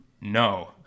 No